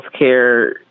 healthcare